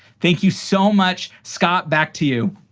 thank you so much. scott, back to you.